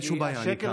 אין שום בעיה, אני כאן.